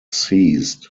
seized